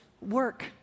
work